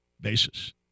basis